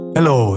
Hello